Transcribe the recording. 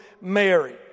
Mary